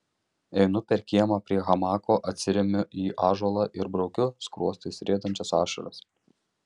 einu per kiemą prie hamako atsiremiu į ąžuolą ir braukiu skruostais riedančias ašaras